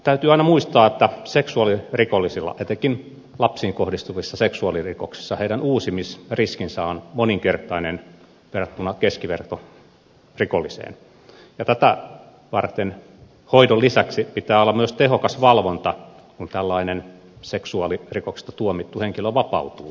täytyy aina muistaa että etenkin lapsiin kohdistuvissa seksuaalirikoksissa seksuaalirikollisten uusimisriski on moninkertainen verrattuna keskivertorikolliseen ja tätä varten hoidon lisäksi pitää olla myös tehokas valvonta kun tällainen seksuaalirikoksesta tuomittu henkilö vapautuu